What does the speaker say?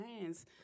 hands